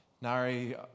Nari